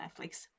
netflix